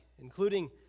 including